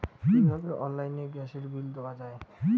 কিভাবে অনলাইনে গ্যাসের বিল দেওয়া যায়?